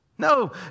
No